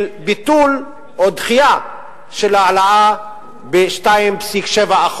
של ביטול או דחייה של העלאה של מחירי המים ב-2.7%,